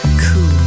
cool